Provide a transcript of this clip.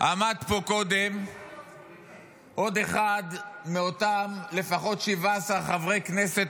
עמד פה קודם עוד אחד מאותם לפחות 17 חברי כנסת